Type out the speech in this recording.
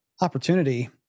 opportunity